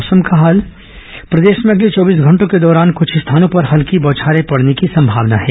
मौसम प्रदेश में अगले चौबीस घंटों के दौरान कुछ स्थानों पर हल्की बौछारें पड़ने की संभावना है